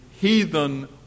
heathen